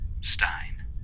Stein